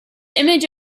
image